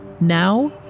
Now